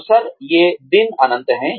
अवसर ये दिन अनंत हैं